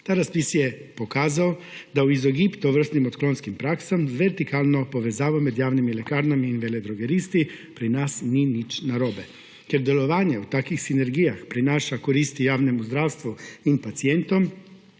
Ta razpis je pokazal, da v izogib tovrstnim odklonskim praksam z vertikalno povezavo med javnimi lekarnami in veledrogeristi pri nas ni nič narobe, ker delovanje v takih sinergijah prinaša koristi javnemu zdravstvu in pacientom